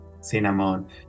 cinnamon